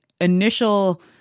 initial